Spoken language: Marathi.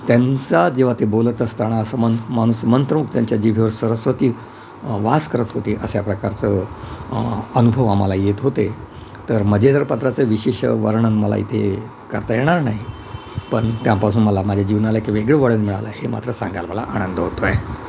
त्यांचा जेव्हा ते बोलत असताना असं मन माणूस मंत्रमुग्ध त्यांच्या जीभेवर सरस्वती वास करत होती अशा प्रकारचं अनुभव आम्हाला येत होते तर मजेदार पात्राचं विशेष वर्णन मला इथे करता येणार नाही पण त्यापासून मला माझ्या जीवनाला एक वेगळे वळण मिळालं हे मात्र सांगायला मला आनंद होतो आहे